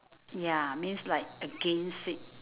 ya means like against it